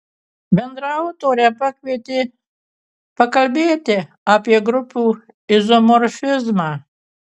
bendraautorę pakvietė pakalbėti apie grupių izomorfizmą